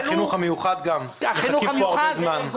ילדי החינוך המיוחד גם, מחכים כבר הרבה זמן.